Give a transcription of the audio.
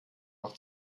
noch